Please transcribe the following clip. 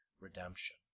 redemption